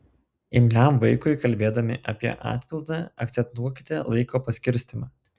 imliam vaikui kalbėdami apie atpildą akcentuokite laiko paskirstymą